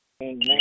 Amen